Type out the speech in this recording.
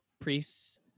priests